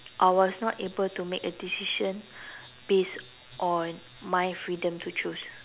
I was not able to make a decision based on my freedom to choose